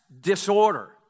disorder